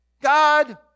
god